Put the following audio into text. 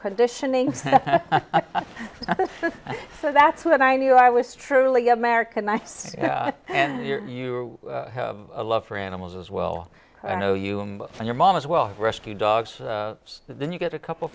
conditioning for that's when i knew i was truly american and you have a love for animals as well you know you and your mom as well rescue dogs then you get a couple